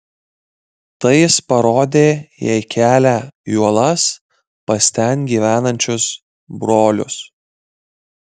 tai jis parodė jai kelią į uolas pas ten gyvenančius brolius